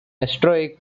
esoteric